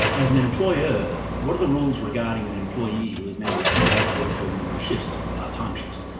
as an employer, what are the rules regarding an employee who is now refusing to work her normal shifts, part-time shifts?